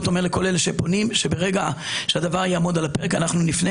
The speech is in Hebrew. אומר לכל אלה שפונים שברגע שהדבר יעמוד על הפרק אנחנו נפנה